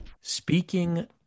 Speaking